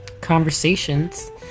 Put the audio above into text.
conversations